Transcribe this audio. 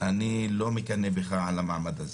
אני לא מקנא בך על המעמד הזה.